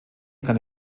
kann